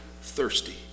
thirsty